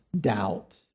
doubt